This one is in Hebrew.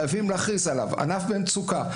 חייבים להכריז עליו ענף במצוקה.